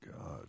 God